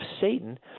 Satan